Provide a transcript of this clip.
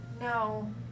No